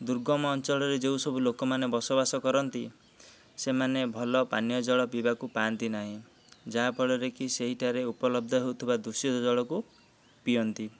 ଦୁର୍ଗମ ଅଞ୍ଚଳରେ ଯେଉଁ ସବୁ ଲୋକମାନେ ବସବାସ କରନ୍ତି ସେମାନେ ଭଲ ପାନୀୟ ଜଳ ପିଇବାକୁ ପାଆନ୍ତି ନାହିଁ ଯାହାଫଳରେକି ସେହିଠାରେ ଉପଲବ୍ଧ ହେଉଥିବା ଦୂଷିତ ଜଳକୁ ପିଅନ୍ତି